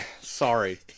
Sorry